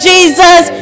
Jesus